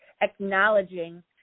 acknowledging